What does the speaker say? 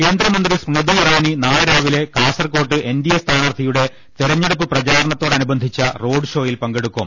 കേന്ദ്രമന്ത്രി സ്മൃതി ഇറാനി നാളെ രാവിലെ കാസർക്കോട്ട് എൻ ഡി എ സ്ഥാനാർത്ഥിയുടെ തെരഞ്ഞെടുപ്പ് പ്രചാരണത്തോ ടനുബന്ധിച്ച റോഡ് ഷോയിൽ പങ്കെടുക്കും